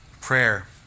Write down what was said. prayer